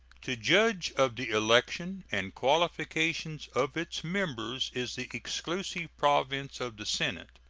to judge of the election and qualifications of its members is the exclusive province of the senate,